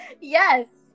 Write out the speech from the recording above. Yes